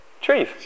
trees